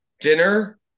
dinner